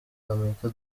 w’amerika